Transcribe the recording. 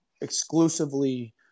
exclusively